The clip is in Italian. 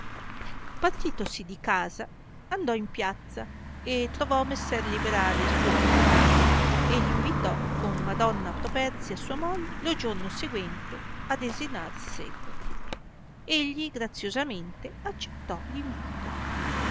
partitosi di casa andò in piazza e trovò messer liberale suo compare e l invitò con madonna properzia sua moglie lo giorno seguente a desinar seco egli graziosamente accettò l'invito